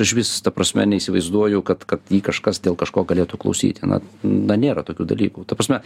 aš vis ta prasme neįsivaizduoju kad kad jį kažkas dėl kažko galėtų klausyti na na nėra tokių dalykų ta prasme